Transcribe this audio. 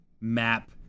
map